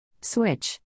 Switch